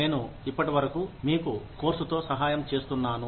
నేను ఇప్పటివరకు మీకు కోర్సుతో సహాయం చేస్తున్నాను